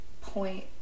point